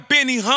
Benny